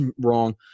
wrong